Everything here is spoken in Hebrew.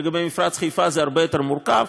לגבי מפרץ חיפה זה הרבה יותר מורכב.